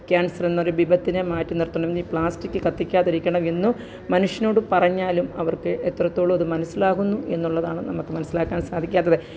cancer എന്നൊരു വിപത്തിനെ മാറ്റി നിര്ത്തണമെങ്കില് പ്ലാസ്റ്റിക് കത്തിക്കാതിരിക്കണം എന്നും മനുഷ്യനോട് പറഞ്ഞാലും അവര്ക്ക് എത്രത്തോളം അത് മനസ്സിലാകുന്നു എന്നുള്ളതാണ് നമുക്ക് മനസ്സിലാക്കാൻ സാധിക്കാത്തത്